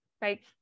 right